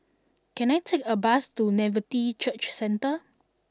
can I take a bus to Nativity Church Centre